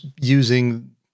using